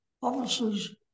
officers